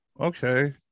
Okay